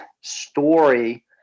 story